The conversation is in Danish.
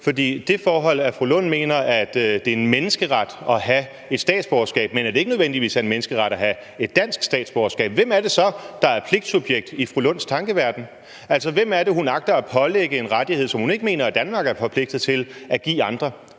er det forhold, at fru Rosa Lund mener, at det er en menneskeret at have et statsborgerskab, men at det ikke nødvendigvis er en menneskeret at have et dansk statsborgerskab. Hvem er det så, der er pligtsubjekt i fru Rosa Lunds tankeverden? Altså, hvem er det, hun agter at pålægge en rettighed, som hun ikke mener at Danmark er forpligtet til at give andre?